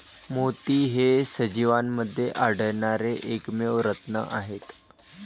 मोती हे सजीवांमध्ये आढळणारे एकमेव रत्न आहेत